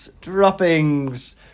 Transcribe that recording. droppings